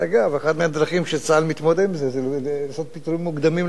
אחת הדרכים שבהן צה"ל מתמודד עם זה היא פיטורים מוקדמים של אנשים,